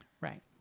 Right